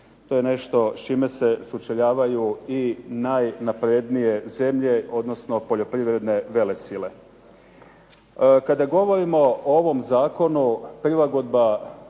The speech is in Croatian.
to je nešto s čime se sučeljavaju i najnaprednije zemlje odnosno poljoprivredne velesile. Kada govorimo o ovom zakonu prilagodba